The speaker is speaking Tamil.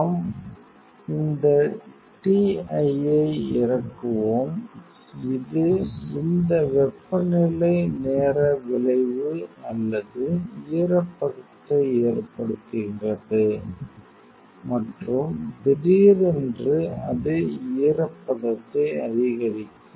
நாம் இந்த ti யை இறக்குகிறோம் இது இந்த வெப்பநிலை நேர விளைவு அல்லது ஈரப்பதத்தை ஏற்படுத்துகிறது மற்றும் திடீரென்று அது ஈரப்பதத்தை அதிகரிக்கும்